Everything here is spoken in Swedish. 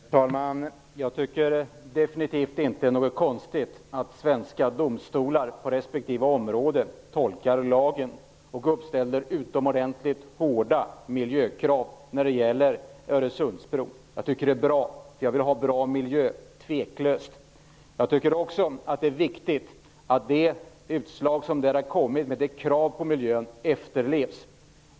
Herr talman! Jag tycker definitivt inte att det är konstigt att svenska domstolar på respektive område tolkar lagen och uppställer utomordentligt hårda miljökrav när det gäller Öresundsbron. Jag tycker att det är bra. Jag vill tveklöst ha en bra miljö. Det är också viktigt att det utslag som nu har kommit med krav på miljön efterlevs.